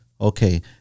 okay